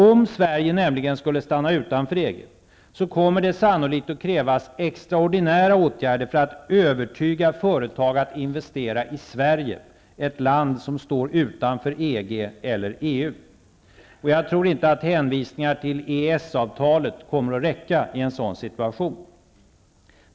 Om Sverige skulle stanna utanför EG, kommer det sannolikt att krävas extraordinära åtgärder för att övertyga företag om att de bör investera i Sverige, ett land som står utanför EG eller EU. Jag tror inte att hänvisningar till EES-avtalet kommer att räcka i en sådan situation.